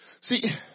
See